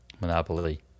Monopoly